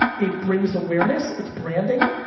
it brings awareness, it's branding,